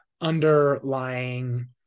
underlying